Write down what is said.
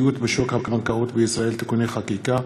בשוק הבנקאות בישראל (תיקוני חקיקה),